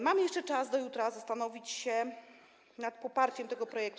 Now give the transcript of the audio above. Mamy jeszcze czas do jutra zastanowić się nad poparciem tego projektu.